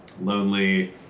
lonely